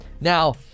Now